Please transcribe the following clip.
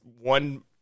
one